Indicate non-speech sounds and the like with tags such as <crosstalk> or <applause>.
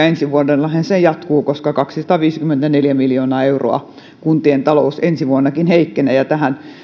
<unintelligible> ensi vuonnahan se jatkuu koska kaksisataaviisikymmentäneljä miljoonaa euroa kuntien talous ensi vuonnakin heikkenee ja tähän yhtälöön